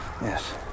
Yes